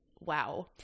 Wow